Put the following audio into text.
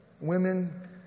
Women